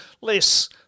less